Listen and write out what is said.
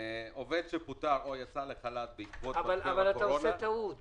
עובד שפוטר או יצא לחל"ת בעקבות משבר הקורונה --- אבל אתה עושה טעות,